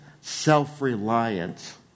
self-reliance